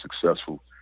successful